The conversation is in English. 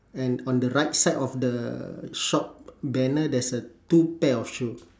and on the right side of the shop banner there's a two pair of shoe